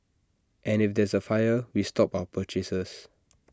and if there's A fire we stop our purchases